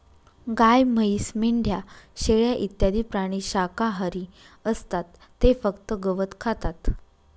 गाय, म्हैस, मेंढ्या, शेळ्या इत्यादी प्राणी शाकाहारी असतात ते फक्त गवत खातात